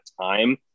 time